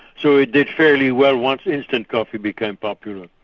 so it did fairly well once instant coffee became popular.